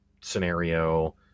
scenario